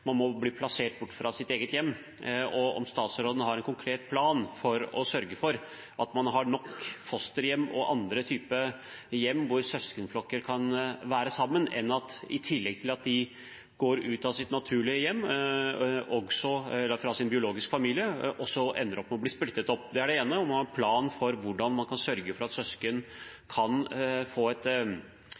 man må bli plassert bort fra sitt eget hjem. Har statsråden noen konkret plan for å sørge for at man har nok fosterhjem og andre typer hjem hvor søskenflokker kan være sammen når de må ut av sitt naturlige hjem og bort fra sin biologiske familie og ender med å bli splittet opp? Har man en plan for hvordan man kan sørge for at søsken kan få et